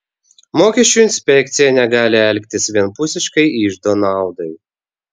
mokesčių inspekcija negali elgtis vienpusiškai iždo naudai